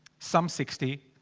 some sixty.